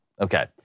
okay